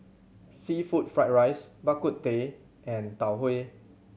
seafood fried rice Bak Kut Teh and Tau Huay